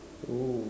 oo